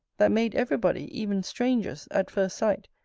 that made every body, even strangers, at first sight,